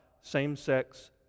same-sex